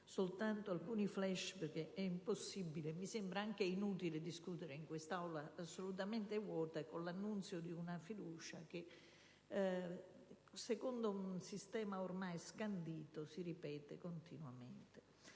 soltanto alcuni *flash*; è infatti impossibile - e mi sembra anche inutile - discutere in quest'Aula assolutamente vuota e con l'annunzio di una fiducia che, secondo un sistema ormai scandito, si ripete continuamente.